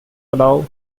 allow